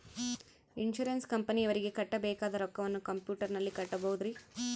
Insurance ಕಂಪನಿಯವರಿಗೆ ಕಟ್ಟಬೇಕಾದ ರೊಕ್ಕವನ್ನು ಕಂಪ್ಯೂಟರನಲ್ಲಿ ಕಟ್ಟಬಹುದ್ರಿ?